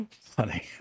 Funny